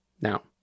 Now